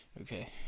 Okay